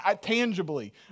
tangibly